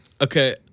Okay